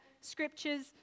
scriptures